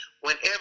whenever